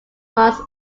months